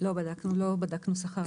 לא בדקנו שכר מנכ"לים.